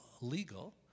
legal